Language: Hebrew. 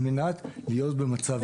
על מנת להיות במצב יציב.